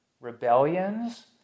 rebellions